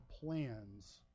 plans